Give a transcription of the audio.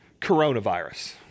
coronavirus